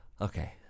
Okay